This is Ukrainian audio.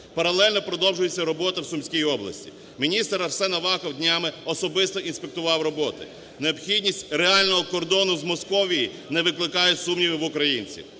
Паралельно продовжується робота в Сумській області. Міністр Арсен Аваков днями особисто інспектував роботи. Необхідність реального кордону з Московією не викликає сумнівів в українців.